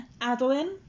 Adeline